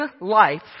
life